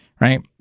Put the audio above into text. right